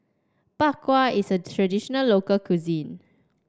Bak Kwa is a traditional local cuisine